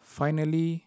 finally